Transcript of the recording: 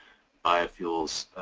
biofuels.